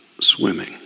swimming